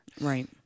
Right